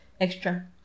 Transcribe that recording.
extra